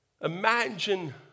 Imagine